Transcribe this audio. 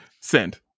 send